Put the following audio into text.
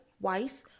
wife